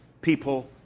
people